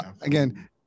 again